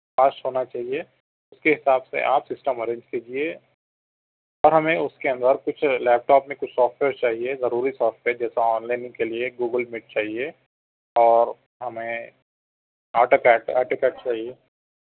پاس ہونا چاہئے اس کے حساب سے آپ سسٹم ارینج کیجئے اور ہمیں اس کے اندر کچھ لیپ ٹاپ میں کچھ سافٹ ویئر چاہئے ضروری سافٹ ویئر جیسے آن لائن کے لئے گوگل میٹ چاہئے اور ہمیں آٹو کیڈ آٹو کیڈ چاہئے